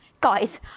Guys